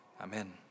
Amen